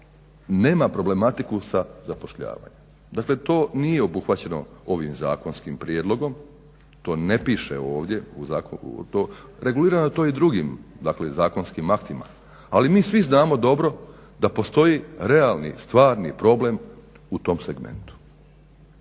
nema problematiku sa zapošljavanjem? Dakle to nije obuhvaćeno ovim zakonskim prijedlogom, to ne piše ovdje u zakonu. Regulirano je to i drugim zakonskim aktima ali mi svi znamo dobro da postoji realni stvarni problem u tom segmentu.